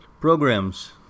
programs